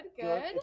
good